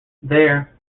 there